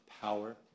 power